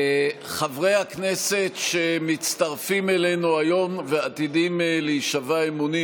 חברי הכנסת שמצטרפים אלינו היום ועתידים להישבע אמונים,